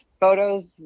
photos